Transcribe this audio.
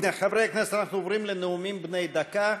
חברי הכנסת, אנחנו עוברים לנאומים בני דקה.